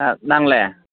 ना नांलाया